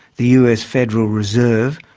the us federal reserve,